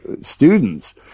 students